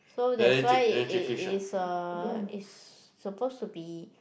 so that's why it it is uh it's supposed to be